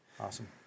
awesome